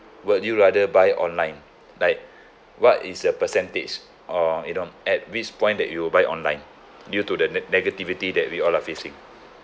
would you rather buy online like what is the percentage or you know at which point that you will buy online due to the ne~ negativity that we all are facing